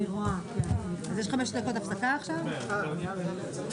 הישיבה ננעלה בשעה 13:00.